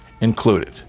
included